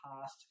past